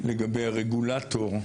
לגבי הרגולטור,